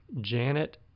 Janet